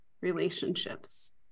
relationships